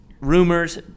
rumors